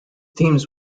teams